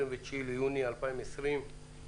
29 ביוני 2020,